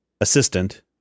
assistant